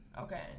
Okay